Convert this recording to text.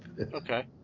Okay